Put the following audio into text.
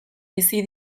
bizi